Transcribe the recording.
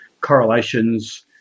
correlations